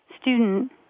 student